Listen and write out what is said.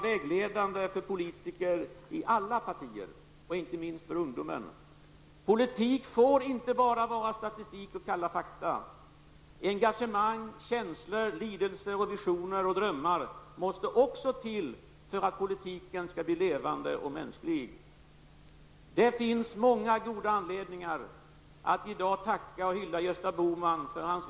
Betecknande är att Olle Svensson -- trots sina många år i riksdagen -- fortfarande främst ser sig som journalist och publicist. Rune Jonsson och Olle Östrand började också båda i riksdagen 1969; de var sedan utanför riksdagen en tid men det blir ändå minst 20 riksdagar.